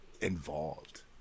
involved